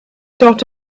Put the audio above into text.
dot